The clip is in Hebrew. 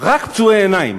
רק פצועי עיניים.